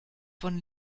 von